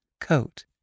coat